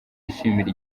yishimira